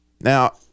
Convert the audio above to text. Now